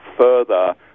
further